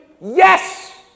Yes